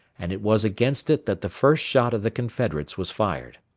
and it was against it that the first shot of the confederates was fired.